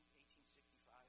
1865